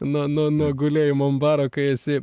nuo nuo nuo gulėjimo ant baro kai esi